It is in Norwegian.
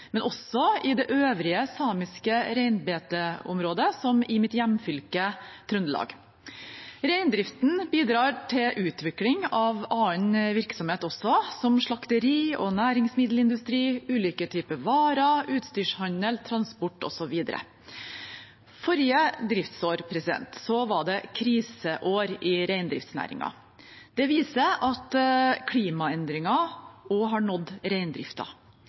men også i det øvrige samiske reinbeiteområdet, som i mitt hjemfylke, Trøndelag. Reindriften bidrar til utvikling av annen virksomhet også, som slakteri og næringsmiddelindustri, ulike typer varer, utstyrshandel, transport osv. Forrige driftsår var det kriseår i reindriftsnæringen. Det viser at klimaendringer også har nådd